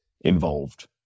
involved